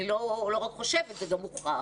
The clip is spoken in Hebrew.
אני לא רק חושבת, זה גם הוכח,